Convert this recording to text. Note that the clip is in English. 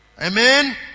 Amen